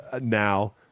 now